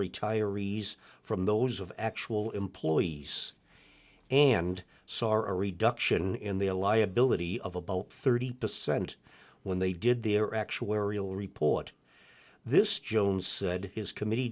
retirees from those of actual employees and sorry duction in the a liability of about thirty percent when they did their actuarial report this jones said his committee